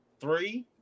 three